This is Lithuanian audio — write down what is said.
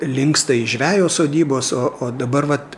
linksta į žvejo sodybos o o dabar vat